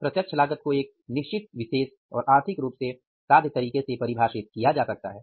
प्रत्यक्ष लागत को एक निश्चित विशेष और आर्थिक रूप से साध्य तरीके से परिभाषित किया जा सकता है